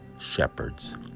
shepherds